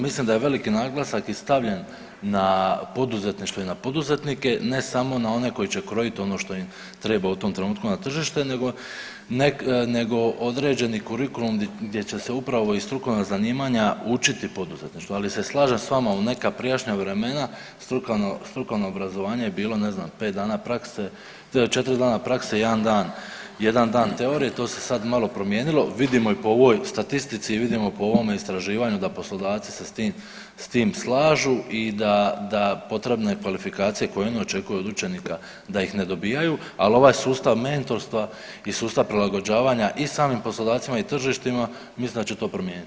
Mislim da je veliki naglasak i stavljen na poduzetništvo i na poduzetnike, ne samo na one koji će krojit ono što im treba u tom trenutku na tržištu nego, nego određeni kurikulum gdje će se upravo i strukovna zanimanja učiti poduzetništvu, ali se slažem s vama, u neka prijašnja vremena strukovno, strukovno obrazovanje je bilo ne znam 5 dana prakse, 4 dana prakse, 1 dan, 1 dan teorije, to se sad malo promijenilo, vidimo i po ovoj statistici i vidimo po ovome istraživanju da poslodavci se s tim, s tim slažu i da, da potrebne kvalifikacije koje oni očekuju od učenika da ih ne dobijaju, al ovaj sustav mentorstva i sustav prilagođavanja i samim poslodavcima i tržištima mislim da će to promijeniti.